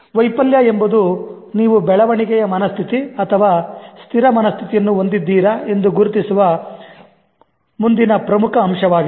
ವೈಫಲ್ಯ ಎಂಬುದು ನೀವು ಬೆಳವಣಿಗೆಯ ಮನಸ್ಥಿತಿ ಅಥವಾ ಸ್ಥಿರ ಮನಸ್ಥಿತಿಯನ್ನು ಹೊಂದಿದ್ದೀರಾ ಎಂದು ಗುರುತಿಸುವ ಮುಂದಿನ ಪ್ರಮುಖ ಅಂಶವಾಗಿದೆ